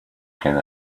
kind